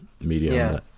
medium